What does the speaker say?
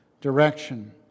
direction